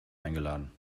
eingeladen